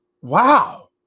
Wow